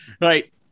Right